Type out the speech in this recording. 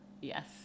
yes